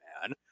man